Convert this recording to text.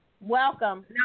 Welcome